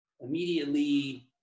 immediately